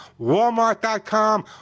Walmart.com